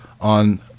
on